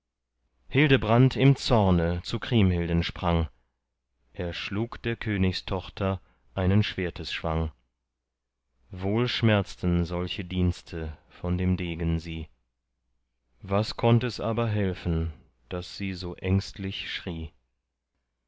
hildebrand im zorne zu kriemhilden sprang er schlug der königstochter einen schwertesschwang wohl schmerzten solche dienste von dem degen sie was konnt es aber helfen daß sie so ängstlich schrie